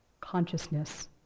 consciousness